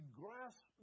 grasp